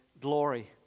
glory